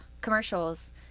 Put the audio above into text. commercials